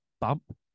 bump